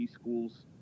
schools